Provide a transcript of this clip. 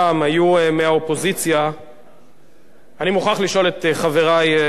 אני מוכרח לשאול את חברי לספסלי האופוזיציה: חברת הכנסת אבסדזה,